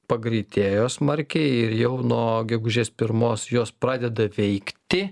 pagreitėjo smarkiai ir jau nuo gegužės pirmos jos pradeda veikti